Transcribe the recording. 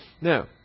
Now